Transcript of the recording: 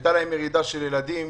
הייתה להם ירידה במספר הילדים,